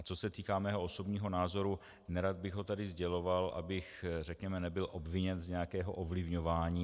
Co se týká mého osobního názoru, nerad bych ho tady sděloval, abych, řekněme, nebyl obviněn z nějakého ovlivňování.